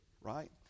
right